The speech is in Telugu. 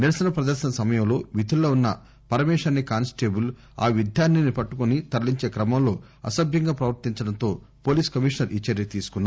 నిరసన ప్రదర్శన సమయంలో విధుల్లో వున్స పరమేష్ అనే కానిస్టేబుల్ ఆ విద్యార్థినిని పట్టుకుని తరలించే క్రమంలో అసభ్యంగా ప్రవర్తించడంతో పోలీస్ కమీషనర్ ఈ చర్య తీసుకున్నారు